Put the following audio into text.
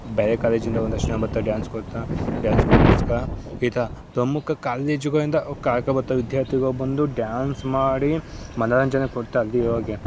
ಬೇರೆ ಕಾಲೇಜಿಂದ ಒಂದಷ್ಟು ಜನ ಬರ್ತಾರೆ ಡ್ಯಾನ್ಸ್ ಕೊಡ್ತ ಡ್ಯಾನ್ಸ್ಗೋಸ್ಕರ ಈ ಥರ ಪ್ರಮುಖ ಕಾಲೇಜುಗಳಿಂದ ಕರ್ಕೊಬರ್ತಾ ವಿದ್ಯಾರ್ಥಿಗಳು ಬಂದು ಡ್ಯಾನ್ಸ್ ಮಾಡಿ ಮನೋರಂಜನೆ ಕೊಡ್ತಾ ಅಲ್ಲಿ ಹೋಗಿ